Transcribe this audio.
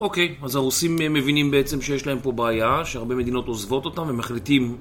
אוקיי, אז הרוסים מבינים בעצם שיש להם פה בעיה, שהרבה מדינות עוזבות אותה ומחליטים...